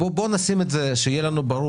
בואו נכתוב את זה, להבהיר.